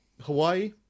Hawaii